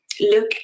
look